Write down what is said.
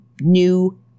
new